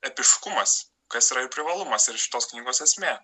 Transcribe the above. epiškumas kas yra ir privalumas ir šitos knygos esmė